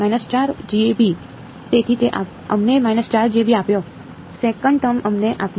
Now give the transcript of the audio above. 4jb તેથી તે અમને 4jb આપ્યો સેકંડ ટર્મ અમને આપી